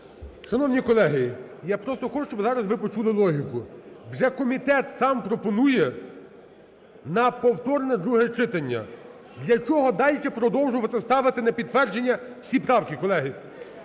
Шановні колеги, я просто хочу, щоб зараз ви почули логіку. Вже комітет сам пропонує на повторне друге читання. Для чого далі продовжувати ставити на підтвердження всі правки, колеги?